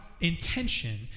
intention